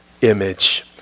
image